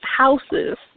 houses